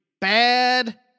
bad